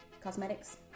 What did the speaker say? Cosmetics